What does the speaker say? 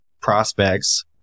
prospects